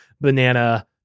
banana